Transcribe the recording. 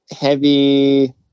heavy